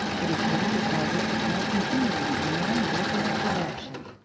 it is we who cause it to point continually in one definite direction.